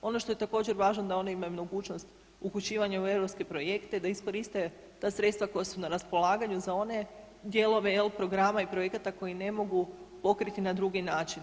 Ono što je također važno da one imaju mogućnost upućivanja u europske projekte, da iskoriste ta sredstva koja su na raspolaganju za one dijelove programa i projekat koji ne mogu pokriti na drugi način.